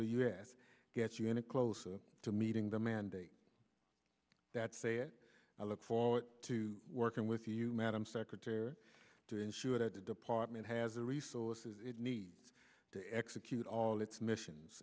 the u s gets you any closer to meeting the mandate that say it i look forward to working with you madam secretary to ensure that the department has the resources it needs to execute all its missions